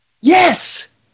Yes